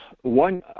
one